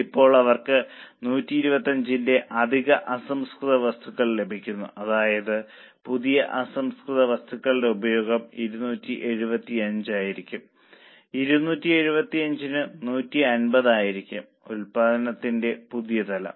ഇപ്പോൾ അവർക്ക് 125 ന്റെ അധിക അസംസ്കൃത വസ്തുക്കൾ ലഭിക്കുന്നു അതായത് പുതിയ അസംസ്കൃത വസ്തുക്കളുടെ ഉപഭോഗം 275 ആയിരിക്കും 275 ന് 150 ആയിരിക്കും ഉൽപ്പാദനത്തിന്റെ പുതിയ തലം